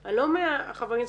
--- אני לא מ- -- שמזלזלים,